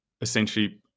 essentially